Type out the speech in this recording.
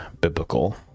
biblical